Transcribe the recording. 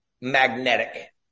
magnetic